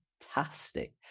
fantastic